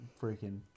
freaking